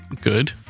Good